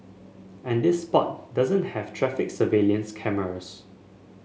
and this spot doesn't have traffic surveillance cameras